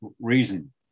reason